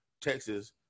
Texas